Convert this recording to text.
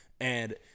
and-